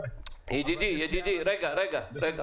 ידידי, ידידי, רגע, רגע.